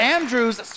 Andrew's